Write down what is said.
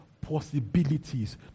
possibilities